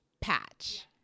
Patch